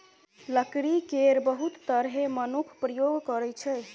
लकड़ी केर बहुत तरहें मनुख प्रयोग करै छै